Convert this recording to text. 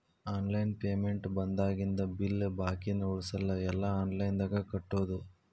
online payment ಬಂದಾಗಿಂದ bill ಬಾಕಿನ ಉಳಸಲ್ಲ ಎಲ್ಲಾ ಆನ್ಲೈನ್ದಾಗ ಕಟ್ಟೋದು